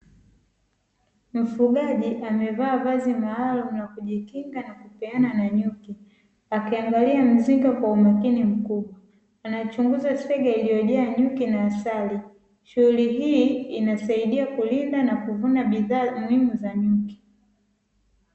Mfugaji amevaa vazi maalumu na kujikinga kutokeana na nyuki, akiangalia mzinga kwa umakini mkubwa akiangalia sega iliyojaa nyuki na asali. Shughuli hii inasaidia kurina na kuvuna bidhaa muhimu za nyuki.